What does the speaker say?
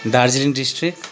Darjeeling district